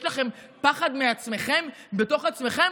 יש לכם פחד מעצמכם, בתוך עצמכם?